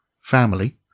family